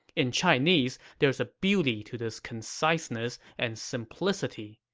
in chinese, there's a beauty to this conciseness and simplicity.